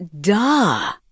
duh